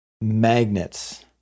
magnets